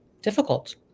difficult